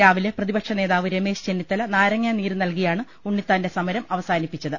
രാവിലെ പ്രതിപക്ഷ നേതാവ് രമേശ് ചെന്നിത്തല നാരങ്ങാനീര് നൽകിയാണ് ഉണ്ണിത്താന്റെ സമരം അവസാനിപ്പിച്ചത്